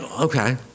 okay